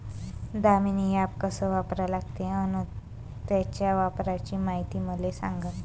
Damini app कस वापरा लागते? अन त्याच्या वापराची मायती मले सांगा